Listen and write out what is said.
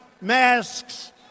masks